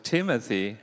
Timothy